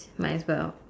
might as well